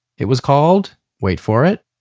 it was called, wait for it,